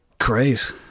Great